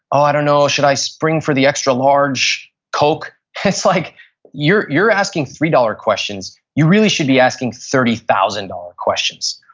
ah i don't know, should i spring for the extra-large coke. it's like you're you're asking three dollar questions, you really should be asking thirty thousand dollars questions.